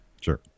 Sure